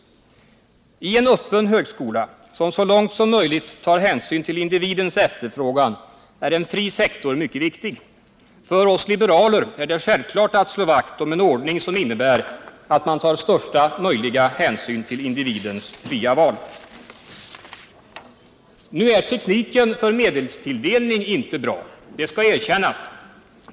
I en öppen högskola, som så långt som möjligt tar hänsyn till individens efterfrågan, är en fri sektor mycket viktig. För oss liberaler är det självklart att slå vakt om en ordning som innebär att man tar största möjliga hänsyn till individens fria val. Nu är tekniken för medelstilldelning inte bra — det skall erkännas.